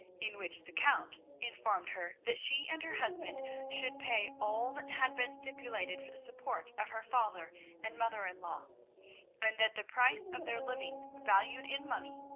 in which the count informed her that she and her husband should pay all that had been stipulated for the support of her father and mother-in-law and that the price of their living valued in money,